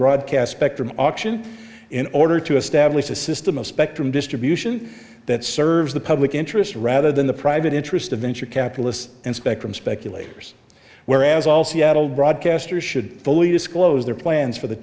broadcast spectrum auction in order to establish a system of spectrum distribution that serves the public interest rather than the private interest of venture capitalists and spectrum speculators whereas all seattle broadcasters should fully disclose their plans for the